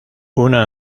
una